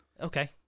Okay